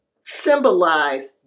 symbolize